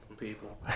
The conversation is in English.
people